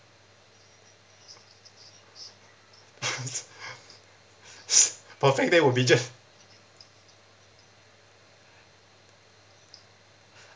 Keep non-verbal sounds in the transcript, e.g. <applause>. <laughs> perfect day will be just